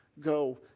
go